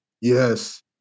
yes